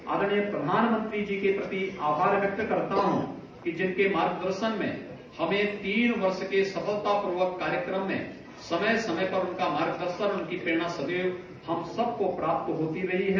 आदरणीय प्रधानमंत्री जी के प्रति आभार व्यक्त करता हूं कि जिनके मार्गदर्शन से हमें तीन वर्ष के सफलतापूर्वक कार्यकाल में समय समय पर उनका मार्गदर्शन उनकी प्रेरणा सदैव हम सबको प्राप्त होती रही है